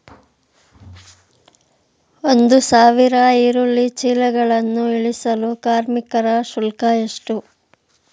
ಒಂದು ಸಾವಿರ ಈರುಳ್ಳಿ ಚೀಲಗಳನ್ನು ಇಳಿಸಲು ಕಾರ್ಮಿಕರ ಶುಲ್ಕ ಎಷ್ಟು?